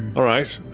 all right,